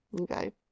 okay